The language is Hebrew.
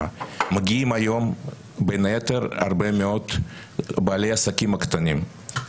מגיעים היום בין היתר הרבה מאוד בעלי עסקים קטנים.